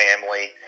family